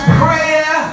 prayer